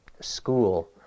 school